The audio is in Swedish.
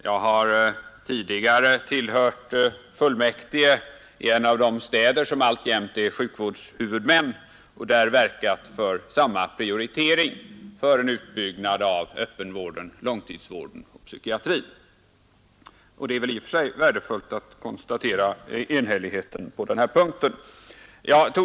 Jag har tidigare tillhört fullmäkuge i en av de städer som alltjämt är sjukvardshuvudmän och där verkat för en utbyggnad av öppenvarden, langtidsvården och psykiatrin. Det är i och för sig värdefullt att konstatera enhälligheten på den punkten.